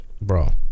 bro